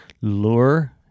lure